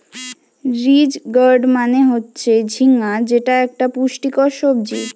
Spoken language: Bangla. রিজ গার্ড মানে হচ্ছে ঝিঙ্গা যেটা একটা পুষ্টিকর সবজি